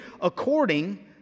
According